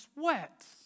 sweats